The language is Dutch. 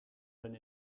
hun